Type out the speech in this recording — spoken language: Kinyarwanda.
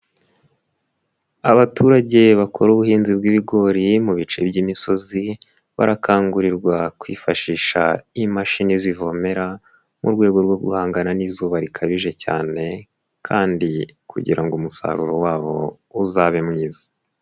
Abaturage bakora ubuhinzi bw'ibigori mu bice by'imisozi barakangurirwa kwifashisha imashini zivomera mu rwego rwo guhangana n'izuba rikabije cyane kandi kugira ngo umusaruro wabo uzabe mwiza.